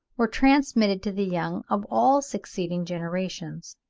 were transmitted to the young of all succeeding generations.